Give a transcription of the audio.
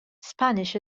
spanish